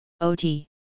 OT